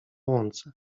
łące